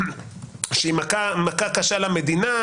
שהיא מכה קשה למדינה,